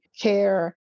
care